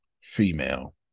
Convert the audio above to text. female